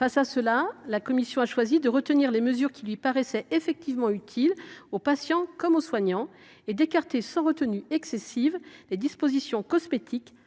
Dans ces circonstances, la commission a choisi de retenir les mesures qui lui paraissaient utiles aux patients comme aux soignants, et d’écarter sans retenue excessive les dispositions cosmétiques, parfois